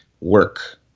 work